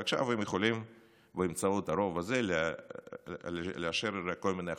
ועכשיו באמצעות הרוב הזה הם יכולים לאשר כל מיני החלטות,